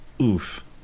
Oof